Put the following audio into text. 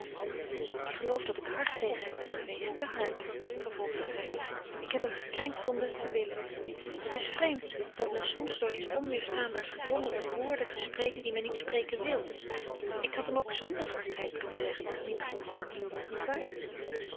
ik geloof dat ik hard tegen hem ben geweest te hard vervolgde freddy ik heb hem gekrenkt zonder het te willen het is vreemd dat men soms door iets onweêrstaanbaars gedwongen wordt woorden te spreken die men niet spreken wil ik had hem ook zonder hardheid kunnen zeggen dat ik niet genoeg van hem hield niet waar